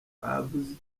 baguze